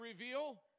reveal